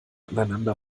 aneinander